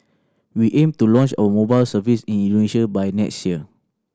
we aim to launch our mobile service in Indonesia by next year